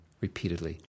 repeatedly